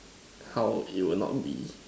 how it will not be